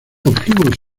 obtuvo